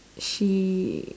she